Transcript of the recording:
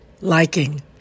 liking